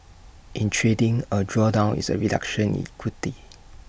in trading A drawdown is A reduction in equity